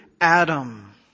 Adam